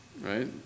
right